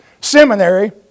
Seminary